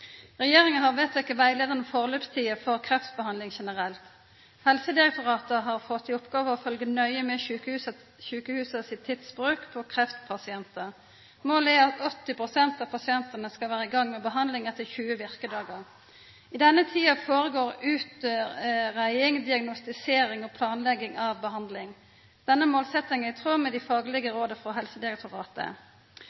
Regjeringa har vedteke rettleiande forløpstider for kreftbehandling generelt. Helsedirektoratet har fått i oppgåve å følgja nøye med sjukehusa sin tidsbruk på kreftpasientar. Målet er at 80 pst. av pasientane skal vera i gang med behandling etter 20 virkedagar. I denne tida føregår utgreiing, diagnostisering og planlegging av behandling. Denne målsetjinga er i tråd med dei faglege